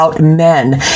Men